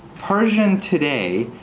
persian today,